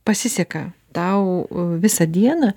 pasiseka tau a visą dieną